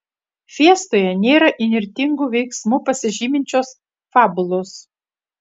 fiestoje nėra įnirtingu veiksmu pasižyminčios fabulos